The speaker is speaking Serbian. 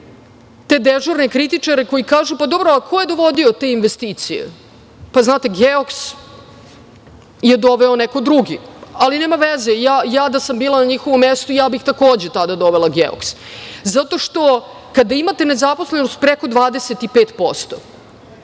te dežurne kritičare koji kažu – pa, dobro, ko je dovodio te investicije. Znate, „Geoks“ je doveo neko drugi, ali nema veze. Ja da sam bila na njihovom mestu i ja bih tada dovela „Geoks“ zato što kada imate nezaposlenost preko 25%